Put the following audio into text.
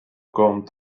come